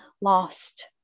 lost